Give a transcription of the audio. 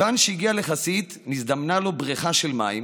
כיוון שהגיע לחסית, נזדמנה לו בריכה של מים